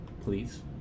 Please